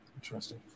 Interesting